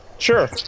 Sure